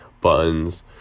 buttons